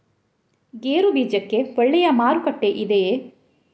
ಗೇರು ಬೀಜಕ್ಕೆ ಒಳ್ಳೆಯ ಮಾರುಕಟ್ಟೆ ಇದೆಯೇ?